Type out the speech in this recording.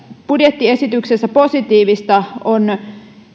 budjettiesityksessä positiivista on